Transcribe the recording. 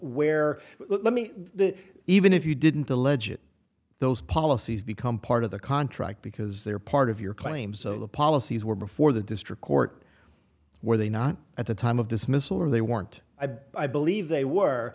where let me even if you didn't the legit those policies become part of the contract because they're part of your claims of the policies were before the district court where they not at the time of dismissal or they weren't i believe they were